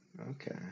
Okay